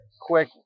Quick